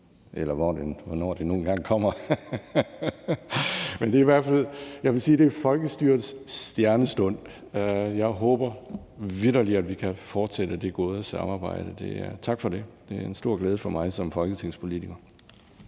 eller hvornår det nu engang kommer. Men jeg vil i hvert fald sige, at det er folkestyrets stjernestund. Jeg håber vitterlig, at vi kan fortsætte det gode samarbejde. Tak for det. Det er en stor glæde for mig som folketingspolitiker.